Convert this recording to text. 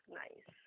nice